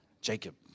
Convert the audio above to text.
Jacob